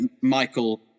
michael